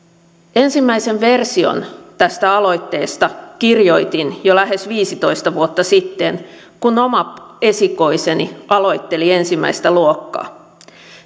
ensimmäisen version tästä aloitteesta kirjoitin jo lähes viisitoista vuotta sitten kun oma esikoiseni aloitteli ensimmäistä luokkaa